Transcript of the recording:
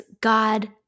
God